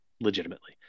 legitimately